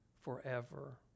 forever